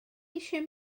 eisiau